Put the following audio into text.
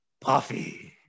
Puffy